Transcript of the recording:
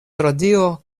radio